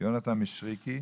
יונתן מישרקי,